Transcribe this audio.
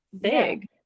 big